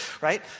right